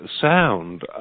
sound